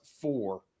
four